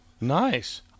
Nice